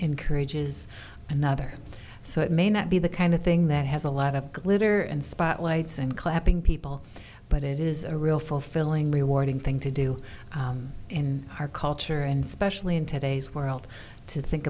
encourages another so it may not be the kind of thing that has a lot of glitter and spotlights and clapping people but it is a real fulfilling rewarding thing to do in our culture and specially in today's world to think